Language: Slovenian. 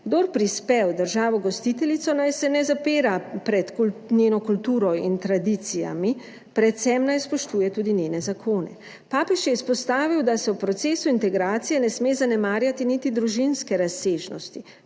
Kdor prispe v državo gostiteljico, naj se ne zapira pred njeno kulturo in tradicijami, predvsem naj spoštuje tudi njene zakone. Papež je izpostavil, da se v procesu integracije ne sme zanemarjati niti družinske razsežnosti.